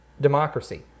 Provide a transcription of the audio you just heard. democracy